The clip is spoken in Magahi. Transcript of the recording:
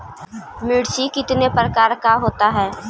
मिर्ची कितने प्रकार का होता है?